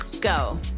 go